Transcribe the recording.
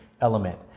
element